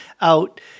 out